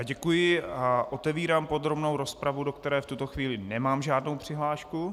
Děkuji a otevírám podrobnou rozpravu, do které v tuto chvíli nemám žádnou přihlášku.